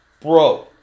bro